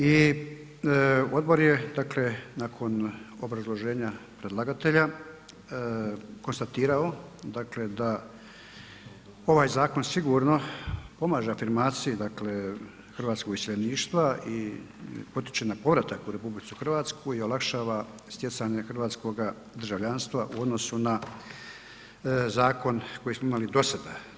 I Odbor je dakle nakon obrazloženja predlagatelja konstatirao dakle da ovaj zakon sigurno pomaže afirmaciji dakle hrvatskog iseljeništva i potiče na povratak u RH i olakšava stjecanje hrvatskoga državljanstva u odnosu na zakon koji smo imali do sada.